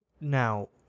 Now